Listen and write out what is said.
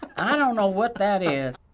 i don't know what that is.